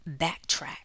backtrack